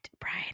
Brian